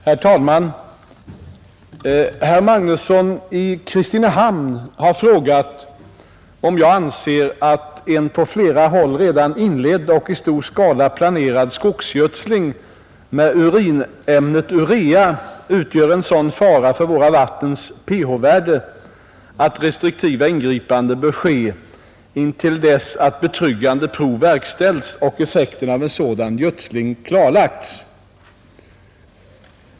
Herr talman! Herr Magnusson i Kristinehamn har frågat mig om jag anser att en på flera håll redan inledd och i stor skala planerad skogsgödsling med urinämnet urea utgör en sådan fara för våra vattens pH-värde, att restriktiva ingripanden bör ske intill dess att betryggande prov verkställts och effekten av en sådan gödsling klarlagts.